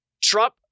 Trump